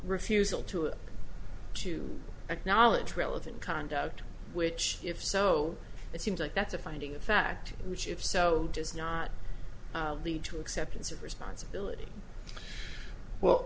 refusal to to acknowledge relevant conduct which if so it seems like that's a finding of fact which if so does not lead to acceptance of responsibility well